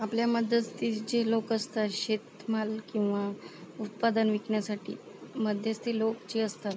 आपल्यामध्येच ती जी लोक असतात शेतमाल किंवा उत्पादन विकण्यासाठी मध्यस्थी लोक जे असतात